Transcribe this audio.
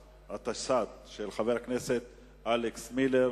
התשס"ט 2009, של חבר הכנסת אלכס מילר.